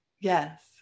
Yes